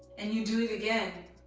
and you do it again.